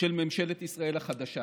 של ממשלת ישראל החדשה.